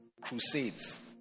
crusades